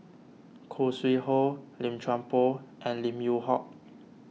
Khoo Sui Hoe Lim Chuan Poh and Lim Yew Hock